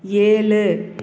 ஏழு